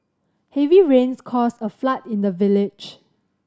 heavy rains caused a flood in the village